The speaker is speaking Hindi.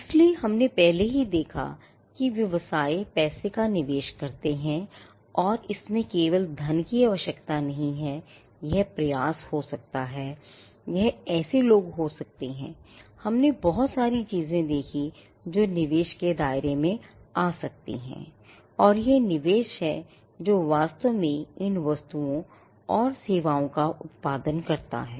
इसलिए हमने पहले ही देखा था कि व्यवसाय पैसे का निवेश करते हैं और इसमें केवल धन की आवश्यकता नहीं है यह प्रयास हो सकता है यह ऐसे लोग हो सकते हैं हमने बहुत सारी चीजें देखी जो निवेश के दायरे में आ सकते हैं और यह निवेश है जो वास्तव में इन वस्तुओं और सेवाओं का उत्पादन करता है